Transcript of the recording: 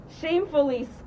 shamefully